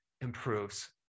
improves